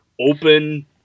open